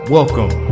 Welcome